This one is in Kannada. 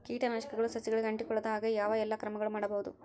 ಕೇಟನಾಶಕಗಳು ಸಸಿಗಳಿಗೆ ಅಂಟಿಕೊಳ್ಳದ ಹಾಗೆ ಯಾವ ಎಲ್ಲಾ ಕ್ರಮಗಳು ಮಾಡಬಹುದು?